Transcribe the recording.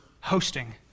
hosting